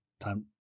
time